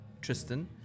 Tristan